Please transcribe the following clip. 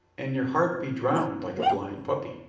and your heart be drowned, like a blind puppy.